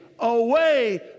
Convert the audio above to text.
Away